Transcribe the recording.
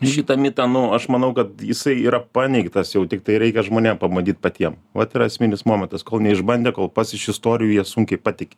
šitą mitą nu aš manau kad jisai yra paneigtas jau tiktai reikia žmonėm pabandyt patiem vat yra esminis momentas kol neišbandė kol pats iš istorijų jie sunkiai patiki